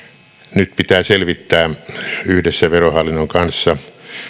nyt pitää selvittää yhdessä verohallinnon kanssa